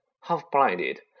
Half-blinded